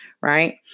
Right